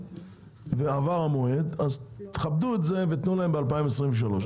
ועבר המועד תכבדו את זה ותנו להם ב-23'.